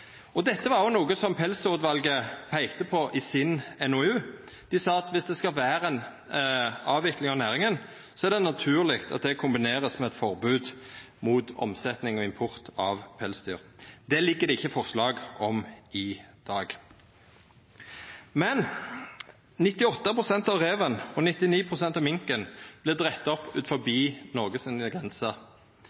Dette var noko som òg Pelsdyrutvalet peikte på i sin NOU. Dei sa at dersom det skal vera ei avvikling av næringa, er det naturleg at det vert kombinert med eit forbod mot omsetjing og import av pelsdyr. Det ligg det ikkje forslag om i dag. 98 pst. av reven og 99 pst. av minken